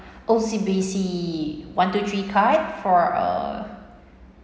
O_C_B_C one two three card for uh